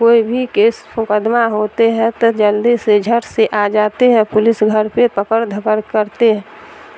کوئی بھی کیس مقدمہ ہوتے ہے تو جلدی سے جھٹ سے آ جاتی ہے پولیس گھر پہ پکڑ دھکڑ کرتے